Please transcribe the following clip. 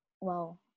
Wow